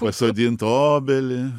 pasodint obelį